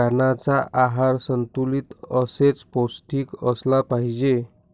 प्राण्यांचा आहार संतुलित तसेच पौष्टिक असला पाहिजे